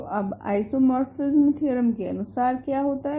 तो अब isomorphism theorem के अनुसार क्या होता है